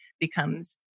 becomes